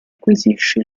acquisisce